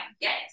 yes